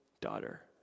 Daughter